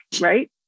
Right